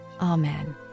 amen